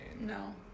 no